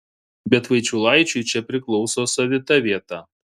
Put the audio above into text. bet vaičiulaičiui čia priklauso savita vieta